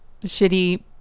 shitty